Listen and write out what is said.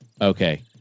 Okay